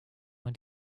man